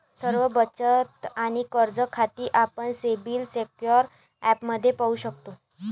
सर्व बचत आणि कर्ज खाती आपण सिबिल स्कोअर ॲपमध्ये पाहू शकतो